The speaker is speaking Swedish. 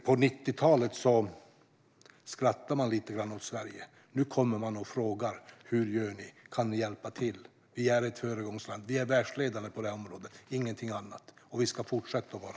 På 90-talet skrattade man lite åt Sverige. Nu kommer man och frågar hur vi gör och om vi kan hjälpa till. Vi är ett föregångsland och världsledande på detta område, ingenting annat. Det ska vi fortsätta att vara.